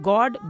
God